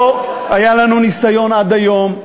לא היה לנו ניסיון עד היום,